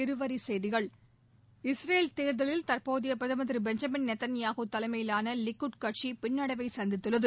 இருவரி செய்திகள் இஸ்ரேல் தேர்தலில் தற்போதைய பிரதமா் திரு பெஞ்சமின் நெத்தன்யாஹூ தலைமையிலான லிக்குத் கட்சி பின்னடையை சந்தித்துள்ளது